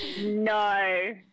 no